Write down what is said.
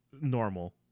normal